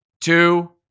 two